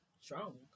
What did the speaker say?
Strong